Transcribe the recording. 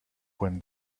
when